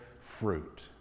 fruit